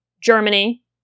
Germany